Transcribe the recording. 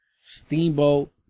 Steamboat